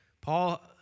Paul